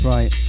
Right